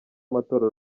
abatora